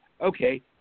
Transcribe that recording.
okay